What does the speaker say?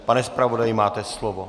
Pane zpravodaji, máte slovo.